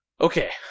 Okay